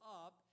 up